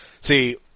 See